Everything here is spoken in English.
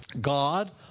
god